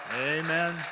Amen